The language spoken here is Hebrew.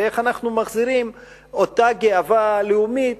ואיך אנחנו מחזירים את אותה גאווה לאומית,